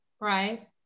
right